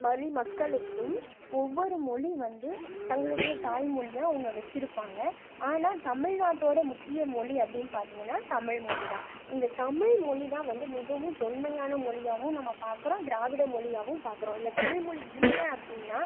மொழி மக்களுக்கும் ஒவ்வொரு மொழி வந்து தங்களுடைய தாய் மொழியாக அவங்க வைச்சிருப்பாங்க ஆனால் தமிழ்நாட்டோட முக்கிய மொழி அப்படின்னு பார்த்திங்கன்னா தமிழ் மொழி தான் இந்த தமிழ் மொழி தான் வந்து மிகவும் தொன்மையான மொழியாகவும் நம்ம பாக்கிறோம் திராவிட மொழியாகவும் பாக்கிறோம் தமிழ் மொழி இல்லை அப்படின்னா